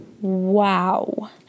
wow